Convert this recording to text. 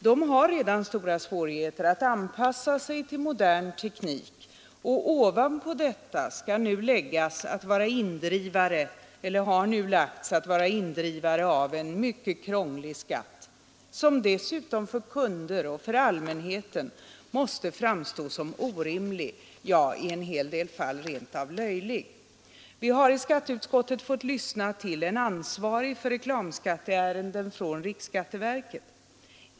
De har redan stora svårigheter att anpassa sig till modern teknik, och ovanpå detta har nu lagts att de skall vara indrivare av en mycket krånglig skatt, som dessutom för kunder och för allmänhet måste framstå som orimlig — ja, i en hel del fall rent av som löjlig. Vi har i skatteutskottet fått lyssna till en ansvarig för reklamskatteärenden i riksskatteverket.